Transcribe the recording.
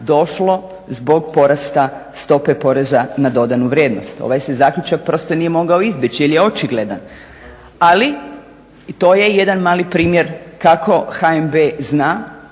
došlo zbog porasta stope poreza na dodanu vrijednost. Ovaj se zaključak prosto nije mogao izbjeći jel je očigledan, ali to je jedan mali primjer kako HNB zna